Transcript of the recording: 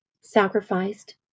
sacrificed